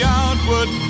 outward